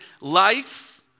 life